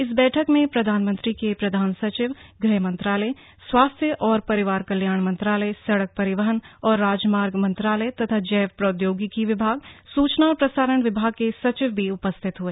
इस बैठक में प्रधानमंत्री के प्रधान सचिव गृह मंत्रालय स्वास्थ्य और परिवार कल्याण मंत्रालय सड़क परिवहन और राजमार्ग मंत्रालय तथा जैव प्रौद्योगिकी विभाग सूचना और प्रसारण विभाग के सचिव भी उपस्थित हुए